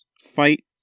fight